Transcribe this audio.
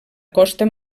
costa